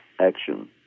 action